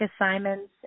assignments